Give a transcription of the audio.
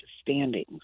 standings